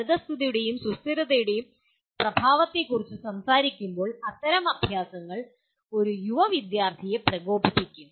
പരിസ്ഥിതിയുടേയും സുസ്ഥിരതയുടേയും പ്രഭാവത്തെക്കുറിച്ച് സംസാരിക്കുമ്പോൾ അത്തരം അഭ്യാസങ്ങൾ ഒരു യുവ വിദ്യാർത്ഥിയെ പ്രകോപിപ്പിക്കും